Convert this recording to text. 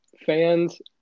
fans